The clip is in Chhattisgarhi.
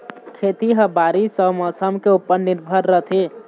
खेती ह बारीस अऊ मौसम के ऊपर निर्भर रथे